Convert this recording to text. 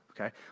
okay